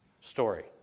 story